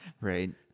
Right